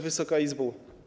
Wysoka Izbo!